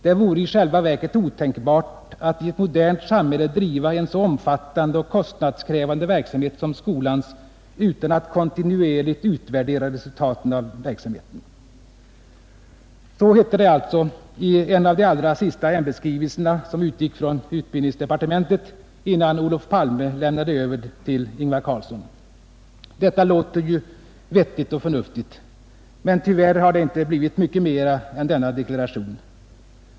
Det vore i själva verket otänkbart att i ett modernt samhälle driva en så omfattande och kostnadskrävande verksamhet som skolans utan att kontinuerligt utvärdera resultaten av verksamheten.” Så hette det alltså i en av de allra sista ämbetsskrivelser som utgick från utbildningsdepartementet, innan Olof Palme lämnade över till Ingvar Carlsson. Citatet låter ju vettigt och förnuftigt, men tyvärr har det inte blivit mycket mera än denna deklaration.